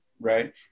right